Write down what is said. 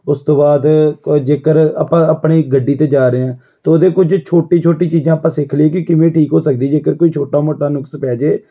ਉਸ ਤੋਂ ਬਾਅਦ ਕੋ ਜੇਕਰ ਆਪਾਂ ਆਪਣੀ ਗੱਡੀ 'ਤੇ ਜਾ ਰਹੇ ਹਾਂ ਤਾਂ ਉਹਦੇ ਕੁਝ ਛੋਟੀ ਛੋਟੀ ਚੀਜ਼ਾਂ ਆਪਾਂ ਸਿੱਖ ਲਈਏ ਕਿ ਕਿਵੇਂ ਠੀਕ ਹੋ ਸਕਦੀ ਜੇਕਰ ਕੋਈ ਛੋਟਾ ਮੋਟਾ ਨੁਕਸ ਪੈ ਜਾਏ